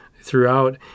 throughout